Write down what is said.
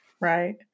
Right